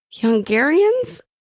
Hungarians